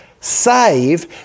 save